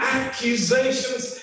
accusations